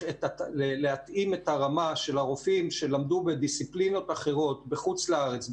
להתאים את הרמה של הרופאים שלמדו בדיסציפלינות אחרות בחוץ לארץ,